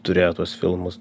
turėjo tuos filmus